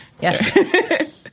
Yes